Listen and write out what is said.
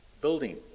building